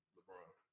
LeBron